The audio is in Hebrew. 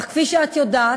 אך כפי שאת יודעת,